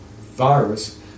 virus